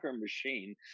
machine